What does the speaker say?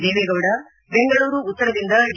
ದೇವೇಗೌಡ ಬೆಂಗಳೂರು ಉತ್ತರದಿಂದ ಡಿ